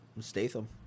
Statham